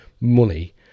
money